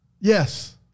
Yes